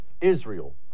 Israel